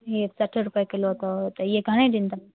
इहे सठि रूपए किलो अथव त इहे घणे ॾींदव